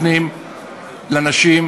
אני יכול לעזור לאריה?